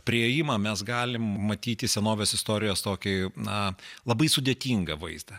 priėjimą mes galim matyti senovės istorijos tokį na labai sudėtingą vaizdą